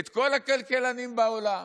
את כל הכלכלנים בעולם?